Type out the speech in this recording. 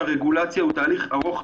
רגולציה זה תהליך מאוד ארוך,